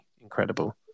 incredible